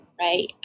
right